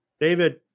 David